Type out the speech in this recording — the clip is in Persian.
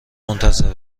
منتظر